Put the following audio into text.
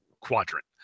quadrant